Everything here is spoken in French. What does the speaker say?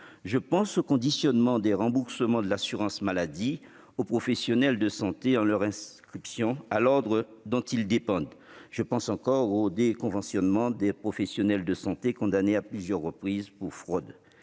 au conditionnement des remboursements de l'assurance maladie aux professionnels de santé à leur inscription à l'ordre dont ils dépendent ou encore au déconventionnement des professionnels de santé condamnés à plusieurs reprises pour fraude.